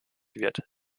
wird